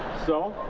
so,